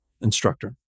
instructor